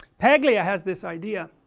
paglia has this idea,